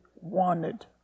wanted